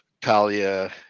Talia